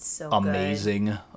amazing